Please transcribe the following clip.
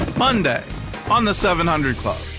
monday on the seven hundred club.